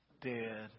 dead